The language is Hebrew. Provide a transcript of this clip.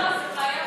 זו בעיה.